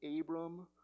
Abram